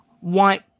white